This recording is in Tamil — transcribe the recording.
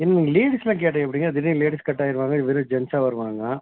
இ நீங்கள் லேடிஸ் கேட்ட எப்படிங்க திடீருன்னு கட்டாயிருவாங்க வெறும் ஜென்ஸாக வருவாங்க